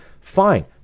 fine